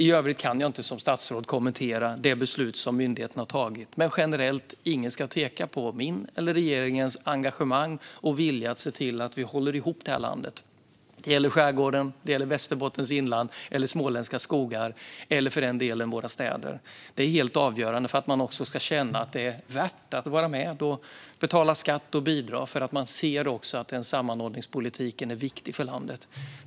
I övrigt kan jag inte som statsråd kommentera det beslut som myndigheten har tagit, men generellt ska ingen tvivla på mitt eller regeringens engagemang och vilja att se till att vi håller ihop det här landet. Det gäller skärgården, Västerbottens inland, småländska skogar och för den delen våra städer. För att man ska känna att det är värt att vara med och betala skatt och bidra är det helt avgörande att man ser att sammanhållningspolitiken är viktig för landet.